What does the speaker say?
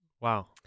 Wow